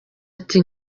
ati